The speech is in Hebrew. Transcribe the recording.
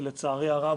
שלצערי הרב